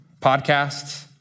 podcasts